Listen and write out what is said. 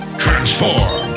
transform